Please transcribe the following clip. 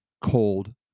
cold